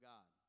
God